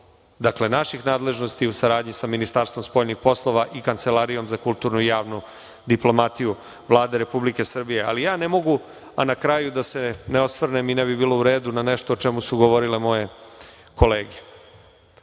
sklopu naših nadležnosti, u saradnji sa Ministarstvom spoljnim poslova i Kancelarijom za kulturnu i javnu diplomatiju. Vlada Republike Srbije. Ne mogu na kraju da se osvrnem, i ne bi bilo u redu, na nešto o čemu su govorile moje kolege.